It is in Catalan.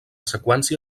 seqüència